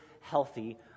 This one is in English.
healthy